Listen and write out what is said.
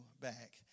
back